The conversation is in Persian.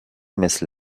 مثل